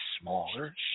smaller